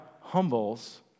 humbles